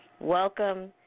Welcome